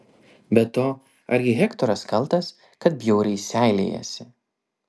be to argi hektoras kaltas kad bjauriai seilėjasi